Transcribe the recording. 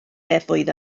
nefoedd